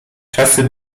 czasy